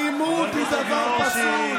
האלימות היא דבר פסול.